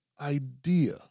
idea